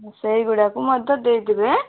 ସେଇ ଗୁଡ଼ାକୁ ମଧ୍ୟ ଦେଇଦେବେ ଏଁ